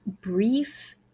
brief